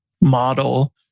model